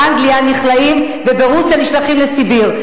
באנגליה נכלאים וברוסיה נשלחים לסיביר.